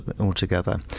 altogether